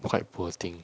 quite poor thing